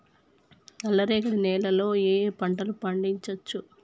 నల్లరేగడి నేల లో ఏ ఏ పంట లు పండించచ్చు?